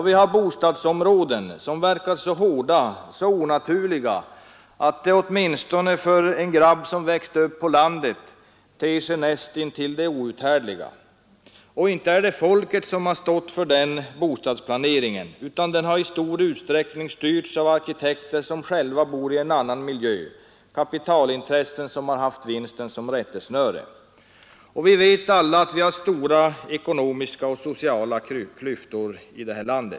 Vi har bostadsområden som verkar så hårda, så onaturliga att det åtminstone för en grabb som växte upp på landet förefaller vara nästintill det outhärdliga. Inte är det folket som har stått för den bostadsplaneringen. Den har i stor utsträckning styrts av arkitekter som själva bor i en annan miljö samt av kapitalintressen som bara har haft vinsten som rättesnöre. Som alla vet har vi också stora ekonomiska och sociala klyftor i vårt land.